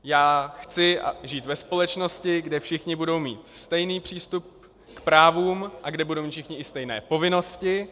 Já chci žít ve společnosti, kde všichni budou mít stejný přístup k právům a kde budou všichni mít i stejné povinnosti.